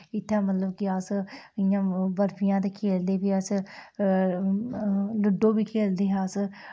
इत्थै मतलब कि अस इ'यां बर्फियां ते खेढदे फ्ही अस लूडो बी खेढदे हे अस